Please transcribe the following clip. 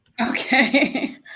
Okay